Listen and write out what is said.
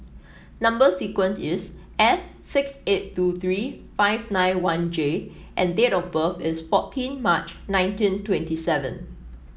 number sequence is S six eight two three five nine one J and date of birth is fourteen March nineteen twenty seven